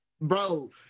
bro